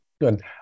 Good